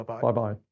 Bye-bye